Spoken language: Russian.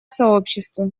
сообщества